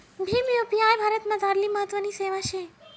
Bhim UPI भारतमझारली महत्वनी सेवा शे